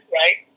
right